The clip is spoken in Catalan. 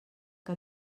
que